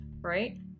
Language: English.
right